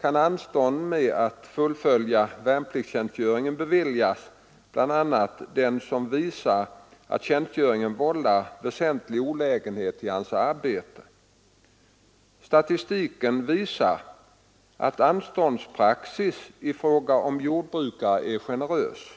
kan anstånd med att fullgöra värnpliktstjänstgöring beviljas bl.a. den som visar att tjänstgöringen vållar väsentlig olägenhet i hans arbete. Statistiken visar att anståndspraxis i fråga om jordbrukare är generös.